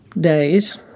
days